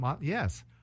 yes